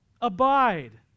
abide